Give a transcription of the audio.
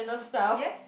yes